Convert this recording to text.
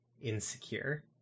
Insecure